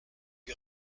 lui